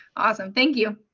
awesome, thank you.